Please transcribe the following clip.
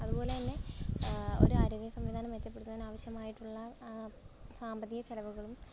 അതുപോലെ തന്നെ ഒരു ആരോഗ്യ സംവിധാനം മെച്ചപ്പെടുത്താൻ ആവശ്യമായിട്ടുള്ള സാമ്പത്തിക ചെലവുകളും